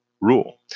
rule